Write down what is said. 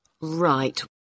Right